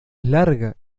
larga